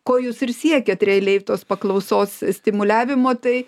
ko jūs ir siekėt realiai tos paklausos stimuliavimo tai